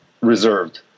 reserved